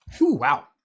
wow